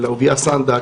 של אהוביה סנדק,